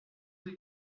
des